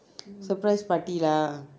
surprise party lah